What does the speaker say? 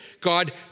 God